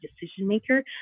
decision-maker